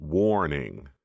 Warning